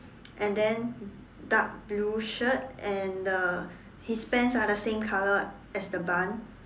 and then dark blue shirt and the his pants are the same colour as the barn